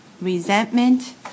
resentment